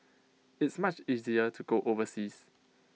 it's much easier to go overseas